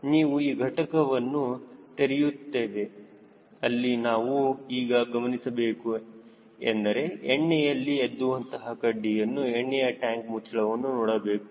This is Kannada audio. ನಾವು ಈ ಘಟಕವನ್ನು ತೆರೆಯುತ್ತೇವೆ ಅಲ್ಲಿ ನಾವು ಏನು ಗಮನಿಸಬೇಕು ಎಂದರೆ ಎಣ್ಣೆಯಲ್ಲಿ ಎದ್ದುವಂತಹ ಕಡ್ಡಿಯನ್ನು ಎಣ್ಣೆಯ ಟ್ಯಾಂಕ್ ಮುಚ್ಚಳವನ್ನು ನೋಡಬೇಕು